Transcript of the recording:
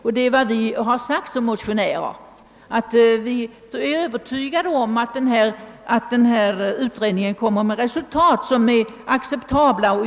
Vi motionärer har också framhållit att vi är övertygade om att den nu sittande utredningen kommer att lägga fram resultat som är acceptabla.